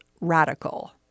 radical